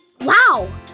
Wow